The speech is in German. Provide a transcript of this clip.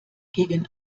gegen